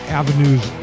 avenues